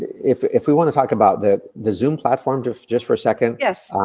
if if we wanna talk about the the zoom platform just just for a second? yes.